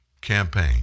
campaign